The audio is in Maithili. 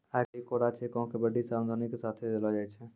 आइ काल्हि कोरा चेको के बड्डी सावधानी के साथे देलो जाय छै